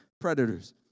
predators